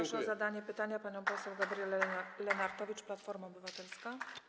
Proszę o zadanie pytania panią poseł Gabrielę Lenartowicz, Platforma Obywatelska.